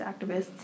activists